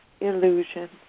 illusion